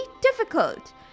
difficult